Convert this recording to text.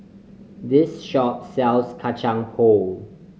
this shop sells Kacang Pool